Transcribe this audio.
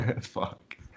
Fuck